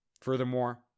Furthermore